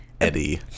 Eddie